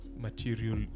Material